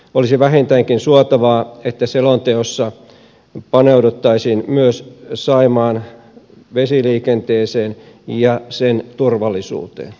olisi vähintäänkin suotavaa että selonteossa paneuduttaisiin myös saimaan vesiliikenteeseen ja sen turvallisuuteen